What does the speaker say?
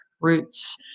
roots